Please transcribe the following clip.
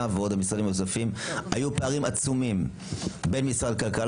ומשרדים נוספים היו פערים עצומים בין משרד הכלכלה,